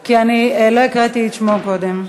כי אני לא הקראתי את שמו קודם.